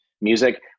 music